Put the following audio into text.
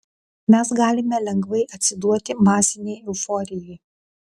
mes galime lengvai atsiduoti masinei euforijai